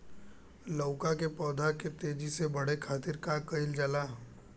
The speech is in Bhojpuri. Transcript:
लउका के पौधा के तेजी से बढ़े खातीर का कइल जाला?